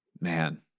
man